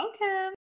welcome